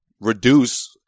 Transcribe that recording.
reduce